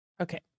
Okay